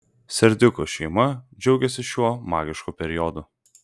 serdiukų šeima džiaugiasi šiuo magišku periodu